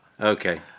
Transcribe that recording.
Okay